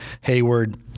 Hayward